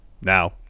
now